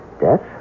death